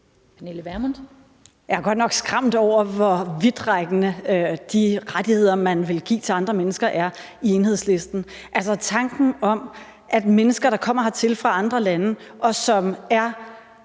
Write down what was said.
Jeg er godt nok skræmt over, hvor vidtrækkende de rettigheder, man i Enhedslisten vil give til andre mennesker, er. Altså, jeg er skræmt ved tanken om, at mennesker, der kommer hertil fra andre lande, og som har